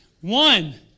One